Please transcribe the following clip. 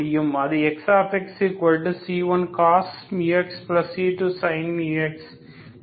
அது Xxc1cos μx c2sin μx